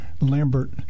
Lambert